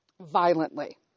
violently